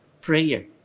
prayer